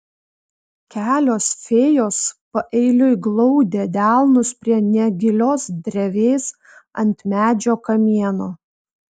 kelios fėjos paeiliui glaudė delnus prie negilios drevės ant medžio kamieno